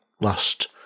last